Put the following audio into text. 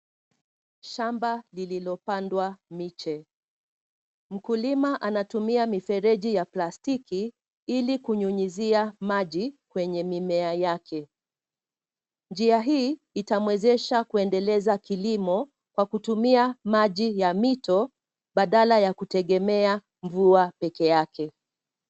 Shamba lililopandwa miche. Mkulima anatumia mifereji ya plastiki, ili kunyunyizia maji kwenye mimea yake. Njia hii itamwezesha kuendeleza kilimo kwa kutumia maji ya mito, badala ya kutegemea mvua peke yake.